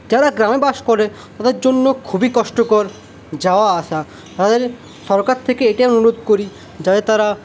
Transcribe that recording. যারা গ্রামে বাস করে ওদের জন্য খুবই কষ্টকর যাওয়া আসা তাদের সরকার থেকে এটাই অনুরোধ করি যাতে তারা